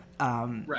Right